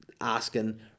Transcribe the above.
asking